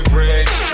rich